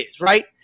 right